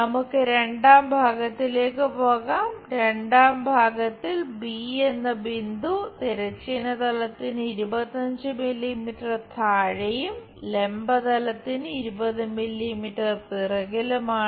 നമുക്ക് രണ്ടാം ഭാഗത്തിലേക്ക് പോകാം രണ്ടാം ഭാഗത്തിൽ ബി എന്ന ബിന്ദു തിരശ്ചീന തലത്തിന് 25 മില്ലിമീറ്റർ താഴെയും ലംബ തലത്തിന് 20 മില്ലിമീറ്റർ പിറകിലുമാണ്